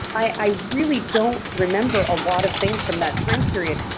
i really don't remember a lot of things from that time period.